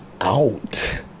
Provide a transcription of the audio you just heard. out